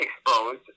exposed